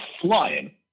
flying